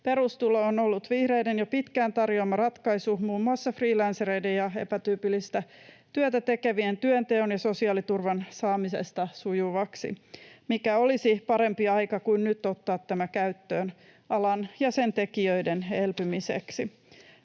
Perustulo on ollut vihreiden jo pitkään tarjoama ratkaisu muun muassa freelancereiden ja epätyypillistä työtä tekevien työnteon ja sosiaaliturvan saamisesta sujuvaksi. Mikä olisi parempi aika kuin nyt ottaa tämä käyttöön alan ja sen tekijöiden elpymiseksi?